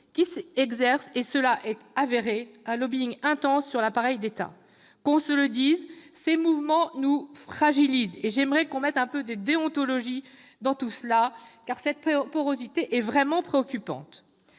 exerçant- c'est avéré -un lobbying intense sur l'appareil d'État. Qu'on se le dise : ces mouvements nous fragilisent, et j'aimerais que l'on mette un peu de déontologie là-dedans ! Cette porosité est vraiment préoccupante.